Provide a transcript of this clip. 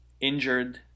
injured